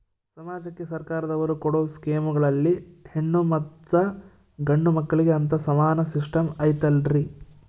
ಸಮಾಜಕ್ಕೆ ಸರ್ಕಾರದವರು ಕೊಡೊ ಸ್ಕೇಮುಗಳಲ್ಲಿ ಹೆಣ್ಣು ಮತ್ತಾ ಗಂಡು ಮಕ್ಕಳಿಗೆ ಅಂತಾ ಸಮಾನ ಸಿಸ್ಟಮ್ ಐತಲ್ರಿ?